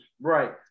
right